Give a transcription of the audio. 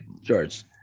George